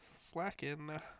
slacking